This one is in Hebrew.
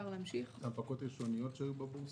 הנפקות ראשוניות שהיו בבורסה?